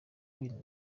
kwirinda